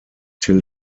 till